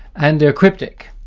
and they're cryptic.